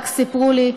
רק סיפרו לי,